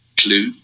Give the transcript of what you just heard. Clue